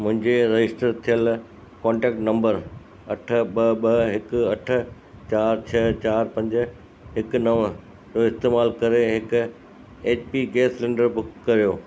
मुंहिंजे रजिस्टर थियलु contact number अठ ॿ ॿ हिकु अठ चारि छह चारि पंज हिकु नवं जो इस्तेमालु करे हिक H P gas cylinder book करियो